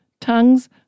tongues